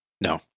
no